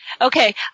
Okay